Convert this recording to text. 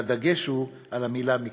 והדגש הוא על המילה "מקצועי".